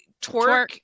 Twerk